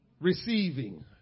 receiving